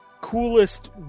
coolest